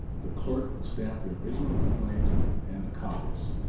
the clerk will stamp the original complaint and the copies.